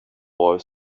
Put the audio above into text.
boy